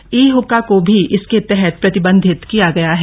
ई हुक्का को भी इसके तहत प्रतिबंधित किया गया है